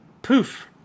Poof